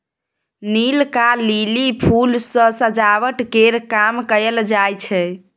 नीलका lily फुल सँ सजावट केर काम कएल जाई छै